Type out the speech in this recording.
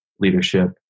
leadership